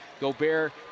Gobert